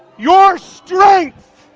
your strength.